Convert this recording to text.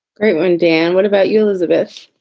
great. and dan, what about you, elizabeth?